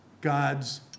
God's